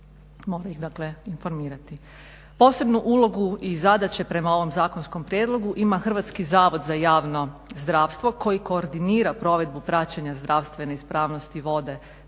mora ih dakle informirati. Posebnu ulogu i zadaće prema ovom zakonskom prijedlogu ima Hrvatski zavod za javno zdravstvo koji koordinira provedbu praćenja zdravstvene ispravnosti vode za